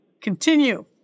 continue